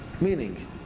Meaning